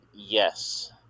Yes